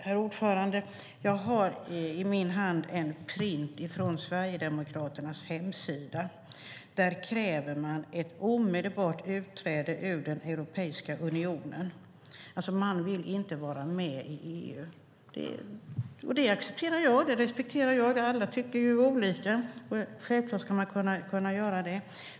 Herr talman! Jag har i min hand en utskrift från Sverigedemokraternas hemsida. Där kräver man ett omedelbart utträde ur Europeiska unionen. Man vill alltså inte vara med i EU. Det accepterar och respekterar jag. Alla tycker ju olika - självklart ska man kunna göra det.